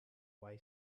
way